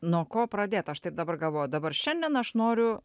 nuo ko pradėt aš taip dabar galvoju dabar šiandien aš noriu